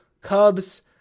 Cubs